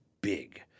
Big